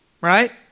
right